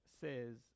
says